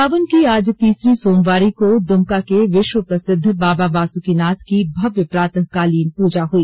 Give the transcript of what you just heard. सावन की आज तीसरी सोमवारी को दुमका के विश्व प्रसिद्ध बाबा बासुकिनाथ की भव्य प्रातः कालीन पूजा हुई